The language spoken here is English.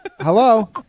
Hello